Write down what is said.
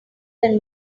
than